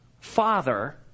father